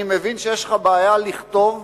אני מבין שיש לך בעיה לכתוב,